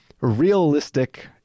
realistic